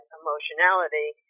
emotionality